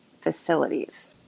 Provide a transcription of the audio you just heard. facilities